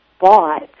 bought